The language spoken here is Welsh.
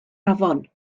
afon